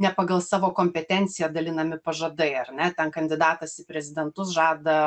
ne pagal savo kompetenciją dalinami pažadai ar ne ten kandidatas į prezidentus žada